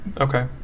Okay